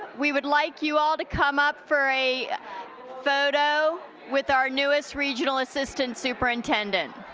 we would like you all to come up for a photo with our newest regional assistant superintendent.